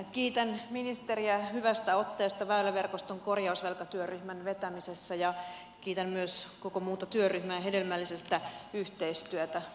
kiitän ministeriä hyvästä otteesta väyläverkoston korjausvelkatyöryhmän vetämisessä ja kiitän myös koko muuta työryhmää hedelmällisestä yhteistyöstä